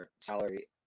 salary